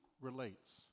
relates